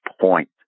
Point